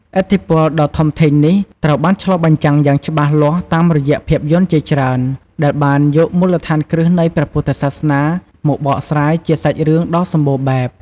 ឥទ្ធិពលដ៏ធំធេងនេះ ត្រូវបានឆ្លុះបញ្ចាំងយ៉ាងច្បាស់លាស់តាមរយៈភាពយន្តជាច្រើន ដែលបានយកមូលដ្ឋានគ្រឹះនៃព្រះពុទ្ធសាសនា មកបកស្រាយជាសាច់រឿងដ៏សម្បូរបែប។